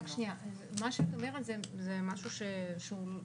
מה שאת אומרת זה משהו שהוא,